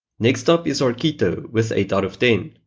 next up is arquito with eight sort of ten.